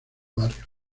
barrio